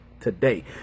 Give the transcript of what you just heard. today